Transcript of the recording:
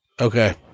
Okay